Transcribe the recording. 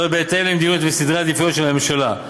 זאת בהתאם למדיניות וסדרי העדיפות של הממשלה.